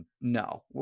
no